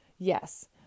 Yes